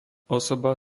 osoba